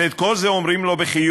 ואת כל זה אומרים לו בחיוך,